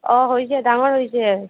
অঁ হৈছে ডাঙৰ হৈছে